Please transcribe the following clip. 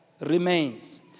remains